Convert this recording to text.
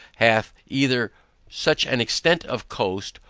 hath either such an extent of coast,